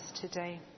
today